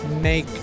make